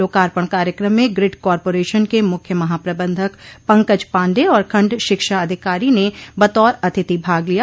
लोकार्पण कार्यक्रम में ग्रिड कारपोरेशन के मुख्य महाप्रबंधक पंकज पाण्डेय और खंड शिक्षा अधिकारी ने बतौर अतिथि भाग लिया